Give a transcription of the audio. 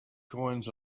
coins